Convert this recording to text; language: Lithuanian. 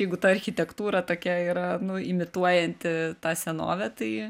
jeigu ta architektūra tokia yra imituojanti tą senovę tai